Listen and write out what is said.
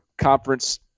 conference